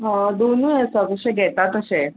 दोनूय आसा कशें घेता तशें